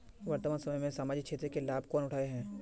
वर्तमान समय में सामाजिक क्षेत्र के लाभ कौन उठावे है?